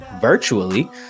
virtually